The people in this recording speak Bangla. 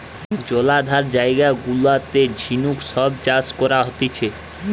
জলাধার জায়গা গুলাতে ঝিনুক সব চাষ করা হতিছে